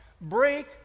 break